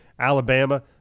Alabama